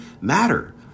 matter